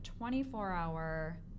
24-hour